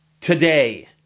today